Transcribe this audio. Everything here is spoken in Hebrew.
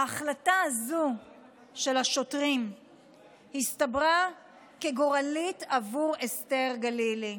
ההחלטה הזו של השוטרים הסתברה כגורלית בעבור אסתר גלילי.